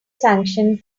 sanctions